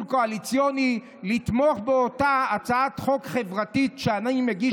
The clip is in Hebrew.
קואליציוני ולתמוך בהצעת חוק החברתית שאני מגיש,